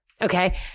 Okay